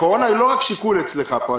הקורונה היא לא רק שיקול אצלך פה,